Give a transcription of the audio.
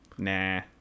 Nah